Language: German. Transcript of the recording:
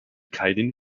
keinen